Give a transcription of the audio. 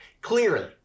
Clearly